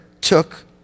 took